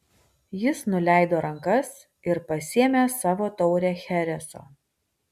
jis nuleido rankas ir pasiėmė savo taurę chereso